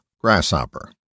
grasshopper